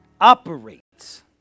operates